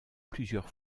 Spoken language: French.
plusieurs